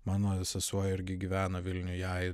mano sesuo irgi gyveno vilniuj jai